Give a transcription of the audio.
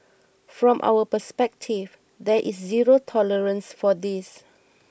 from our perspective there is zero tolerance for this